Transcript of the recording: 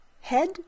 head